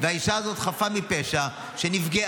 והאישה הזאת החפה מפשע שנפגעה,